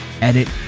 edit